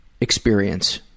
experience